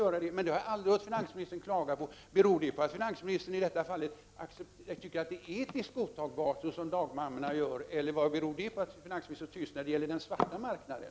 Jag har aldrig hört finansministern klaga på det. Beror det på att finansministern tycker att det som dagmammorna gör är etiskt godtagbart, eller varför är det så tyst när det gäller den svara marknaden?